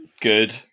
good